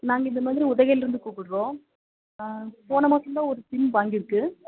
நாங்கள் இந்த மாதிரி உதையிலருந்து கூப்புடுறோம் போன மாசந்தான் ஒரு திங் வாங்கிருக்குது